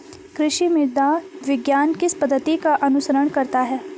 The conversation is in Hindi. कृषि मृदा विज्ञान किस पद्धति का अनुसरण करता है?